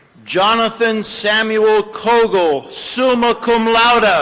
jonathan samuel kogel, summa cum laude, ah